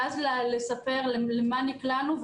ואז לספר למה נקלענו,